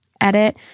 Edit